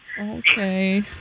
Okay